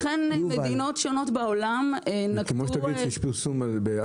זה כמו שתגיד שיש פרסום על לחם.